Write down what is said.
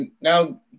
now